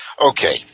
Okay